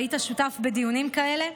והיית שותף בדיונים כאלה.